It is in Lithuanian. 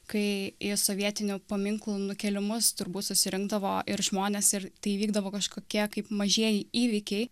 kai į sovietinių paminklų nukėlimus turbūt susirinkdavo ir žmonės ir tai vykdavo kažkokie kaip mažieji įvykiai